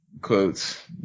Quotes